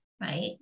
right